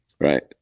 right